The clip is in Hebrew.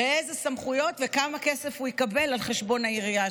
באיזה סמכויות וכמה כסף הוא יקבל על חשבון העירייה.